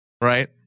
Right